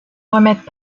remettent